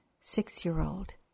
six-year-old